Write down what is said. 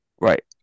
Right